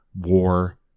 War